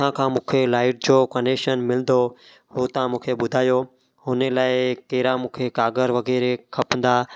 किथां खां मूंखे लाईट जो कनेशन मिलिदो हो तव्हां मूंखे ॿुधायो हुन लाइ कहिड़ा मूंखे काग़र वग़ैरह खपंदा